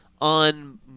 on